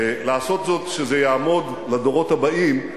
לעשות זאת שזה יעמוד לדורות הבאים,